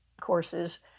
courses